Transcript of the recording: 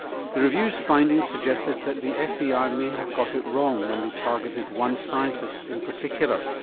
review's findings suggested that the fbi ah may have got it wrong when they targeted one scientist in particular.